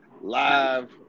live